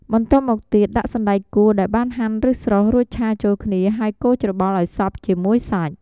បន្ទាប់មកទៀត ដាក់សណ្ដែកគួរដែលបានហាន់ឬស្រុះ រួចឆាចូលគ្នាហើយកូរច្របល់ឱ្យសព្វជាមួយសាច់។